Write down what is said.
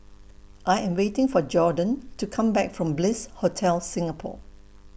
I Am waiting For Jorden to Come Back from Bliss Hotel Singapore